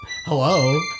hello